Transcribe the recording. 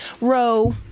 row